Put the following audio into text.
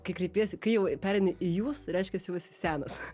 kai kreipiesi kai jau pereini į jūs reiškias jau esi senas